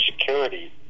Security